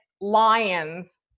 lions